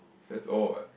that's all